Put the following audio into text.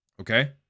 Okay